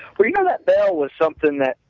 but you know that there was something that,